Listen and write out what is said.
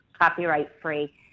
copyright-free